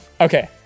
Okay